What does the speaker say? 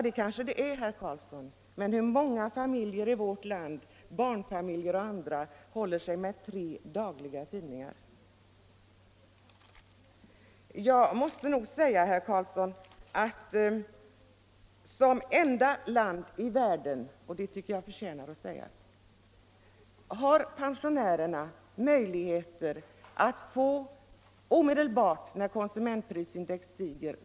Det kanske det är, herr Carlsson, men hur många barnfamiljer och andra i vårt land håller sig med tre dagliga tidningar? Sverige är det enda land i världen — det tycker jag förtjänar att sägas — där pensionärerna får omedelbar kompensation när konsumentprisindex stiger.